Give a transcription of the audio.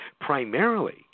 primarily